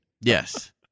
Yes